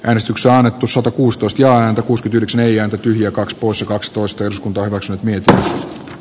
äänestyksen annettu sato kuustoistiaan kuuskytyks ei jätetty ja kakspussi kakstoista eduskunta hyväksyi niitä a